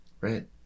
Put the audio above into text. Right